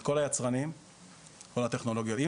כל היצרנים וכל הטכנולוגיה.